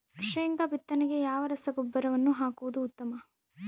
ಶೇಂಗಾ ಬಿತ್ತನೆಗೆ ಯಾವ ರಸಗೊಬ್ಬರವನ್ನು ಹಾಕುವುದು ಉತ್ತಮ?